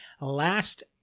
Last